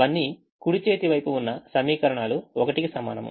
అవన్నీ కుడి చేతివైపు ఉన్న సమీకరణాలు 1 కి సమానం